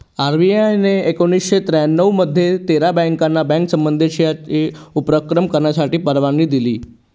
RBI ने एकोणावीसशे त्र्यानऊ मध्ये तेरा बँकाना बँक संबंधीचे उपक्रम करण्यासाठी परवानगी दिली